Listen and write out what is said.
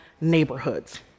neighborhoods